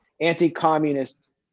anti-communist